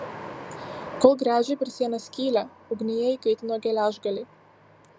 kol gręžė per sieną skylę ugnyje įkaitino geležgalį